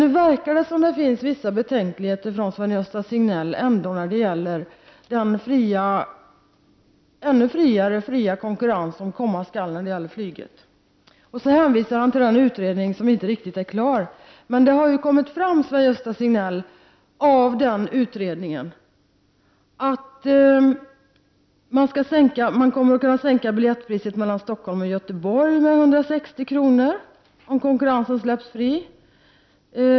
Det verkar ändå som om det finns vissa betänkligheter från Sven-Gösta Signells sida när det gäller den fria konkurrensen som kommer att bli ännu friare för flyget. Han hänvisar till en utredning som inte riktigt är klar. Det har dock kommit fram av utredningen, Sven-Gösta Signell, att man skulle kunna sänka priset på biljett för sträckan Stockholm-Göteborg med 160 kr. om konkurrensen släpps fri.